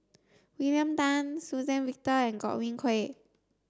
William Tan Suzann Victor and Godwin Koay